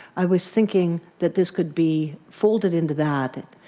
i was thinking that this could be folded into that.